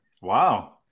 wow